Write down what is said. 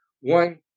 One